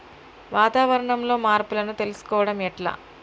వాతావరణంలో మార్పులను తెలుసుకోవడం ఎట్ల?